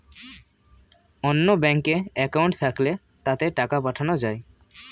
অন্য ব্যাঙ্কে অ্যাকাউন্ট থাকলে তাতে টাকা পাঠানো যায়